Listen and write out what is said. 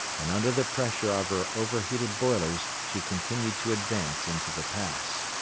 and under the pressure of her over-heated boilers she continued to advance into the pass.